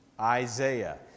Isaiah